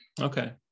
okay